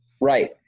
Right